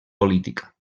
política